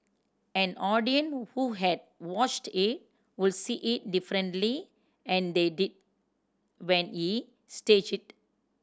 an audience who had watched it would see it differently and they did when he staged it